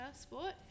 sport